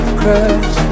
crash